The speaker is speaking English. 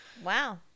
Wow